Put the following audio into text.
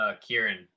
Kieran